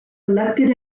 elected